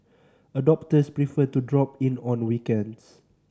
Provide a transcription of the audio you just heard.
adopters prefer to drop in on weekends